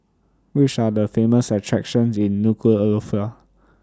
Which Are The Famous attractions in Nuku'Alofa